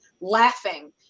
laughing